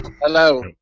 Hello